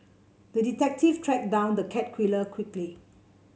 the detective tracked down the cat killer quickly